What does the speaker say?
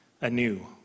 anew